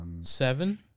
Seven